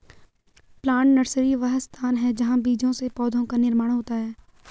plant nursery वह स्थान है जहां बीजों से पौधों का निर्माण होता है